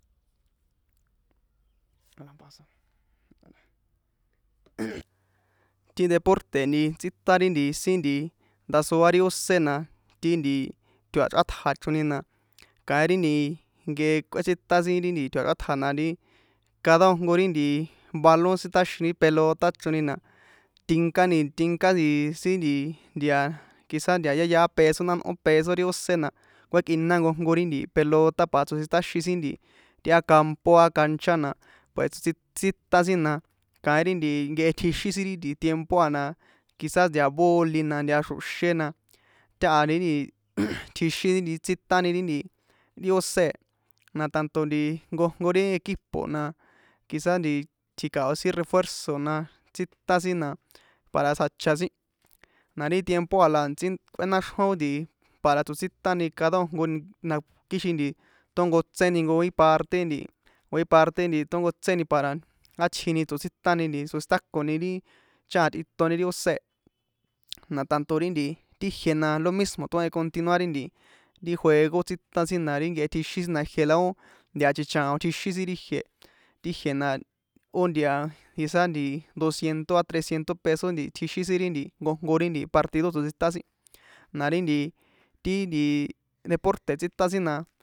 Ti deporte̱ tsítan ri sin ndasoa ri ósé na ti nti tjo̱a̱chrꞌátja chroni na kaín ri ni nke kꞌuétsitan sin ri nti tjo̱a̱chrꞌátja na ri cada nkojnko ri balón tsitáxini ri pelota ichroni na tinká sin de a quizá dea yayá peso nánꞌó peso ri ósé na kuekꞌina nkojnko ri pelota pa tsotsítaxin sin nti á campo á cancha na pue ts tsíta sin na kaín ri nti nkehe tjixin sin ri tiempo a na de a boli na de a xro̱xé na táha ri nti tjhixini ri tsítani ri ósé na tanto nti nkojnko ri equipo na quizás tji̱kao̱ sin refuerzo̱ na tsítan sin na para tsjacha sin na ri tiempo a la a̱ntsí kꞌuénaxrjon nti para tsotsítani cada nkojnko na kixin nti tónkotséni nkojin parte nti nkojin parte nti tónkotséni para átjini tsotsítani tsotsítakoni ri chájan tꞌitoni ri ósé e na tanto ri nti tijie na lo mismo tóhen continuar ri nti juego tsítan sin na ri nkehe tjixin sin de a chichaon tjixin sin ri jie tijie na ó de a quizá nti dosciento á treciento peso nti tjixin sin ri nti nkojnko ri partido tsotsíta sin na ri nti ti nti deporte̱ tsítan sin na.